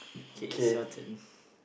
okay it's your turn